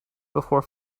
before